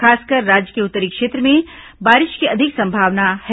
खासकर राज्य के उत्तरी क्षेत्र में बारिश की अधिक संभावना है